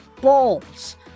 balls